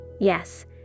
Yes